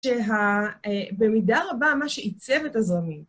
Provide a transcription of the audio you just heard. שה... במידה רבה, מה שעיצב את הזרמים.